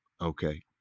Okay